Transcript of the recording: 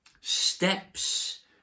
steps